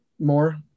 more